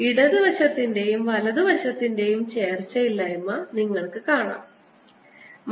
ഇടത് വശത്തിന്റെയും വലതുവശത്തിന്റെയും ചേർച്ചയില്ലായ്മ നിങ്ങൾക്ക് കാണാനാകും